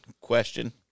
question